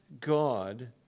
God